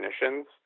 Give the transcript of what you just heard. definitions